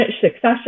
succession